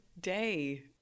day